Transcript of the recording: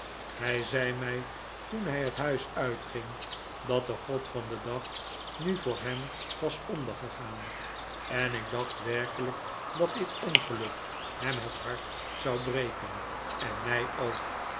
hij zei mij toen hij het huis uitging dat de god van den dag nu voor hem was ondergegaan en ik dacht werkelijk dat dit bngeluk hem het hart zou breken en mij ook